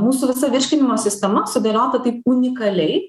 mūsų visa virškinimo sistema sudėliota taip unikaliai